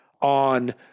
on